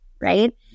Right